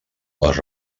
les